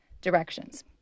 directions